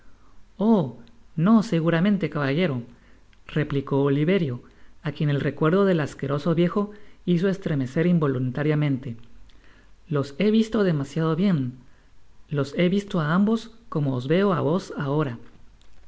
no seguramente caballero replicó oliverio á quien el recuerdo del asqueroso viejo hizo estremecer involuntariamente los he visto demasiado bien los be visto á ambos como os veo á vos ahora